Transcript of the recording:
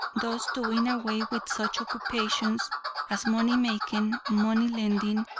thus doing away with such occupations as money making, money lending,